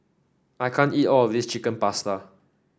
I can't eat all of this Chicken Pasta